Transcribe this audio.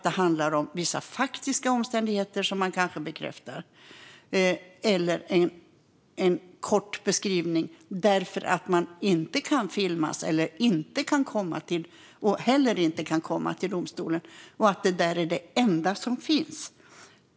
Det handlar om vissa faktiska omständigheter som man kanske bekräftar eller en kort beskrivning därför att man inte kan filmas och heller inte kan komma till domstolen, och detta är det enda som finns.